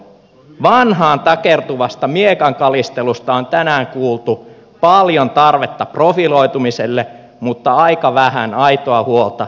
vanhaan takertuvasta miekan kalistelusta on tänään kuultu paljon tarvetta profiloitumiselle mutta aika vähän aitoa huolta isänmaan tulevaisuudesta